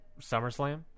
SummerSlam